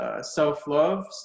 self-love